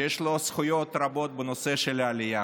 שיש לו זכויות רבות בנושא של העלייה,